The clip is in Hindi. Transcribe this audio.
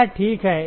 यह ठीक है